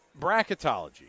bracketology